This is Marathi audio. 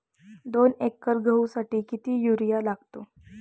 दोन एकर गहूसाठी किती युरिया लागतो?